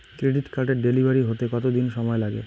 Credit কার্ডের delivery হতে কতদিন সময় লাগে?